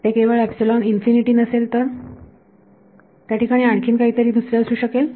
ते केवळ नसेल तर त्याठिकाणी आणखीन काहीतरी दुसरे असू शकेल